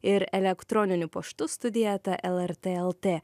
ir elektroniniu paštu studija eta lrt lt